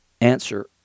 Answer